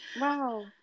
wow